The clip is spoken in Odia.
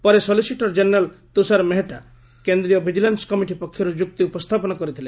ପରେ ସଲିସିଟର କ୍ଜେନେରାଲ ତୁଷାର ମେହେଟ୍ଟା କେନ୍ଦ୍ରୀୟ ଭିଜିଲାନ୍ କମିଶନ ପକ୍ଷରୁ ଯୁକ୍ତି ଉପସ୍ଥାପନ କରିଥିଲେ